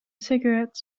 cigarette